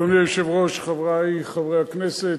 אדוני היושב-ראש, חברי חברי הכנסת,